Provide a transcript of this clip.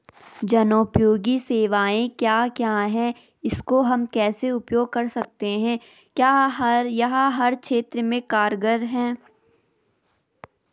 जनोपयोगी सेवाएं क्या क्या हैं इसको हम कैसे उपयोग कर सकते हैं क्या यह हर क्षेत्र में कारगर है?